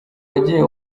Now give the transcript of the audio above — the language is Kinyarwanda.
wagiye